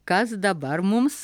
kas dabar mums